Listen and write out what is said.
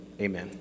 amen